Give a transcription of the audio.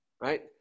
Right